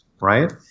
Right